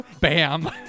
Bam